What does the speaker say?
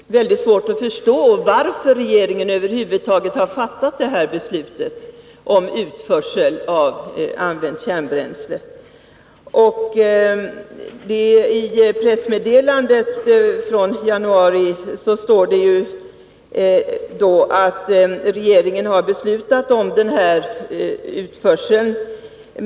Herr talman! För många av oss är det väldigt svårt att förstå varför regeringen över huvud taget har fattat det här beslutet om utförsel av använt kärnbränsle. I pressmeddelandet från januari står det att regeringen har beslutat om den här utförseln.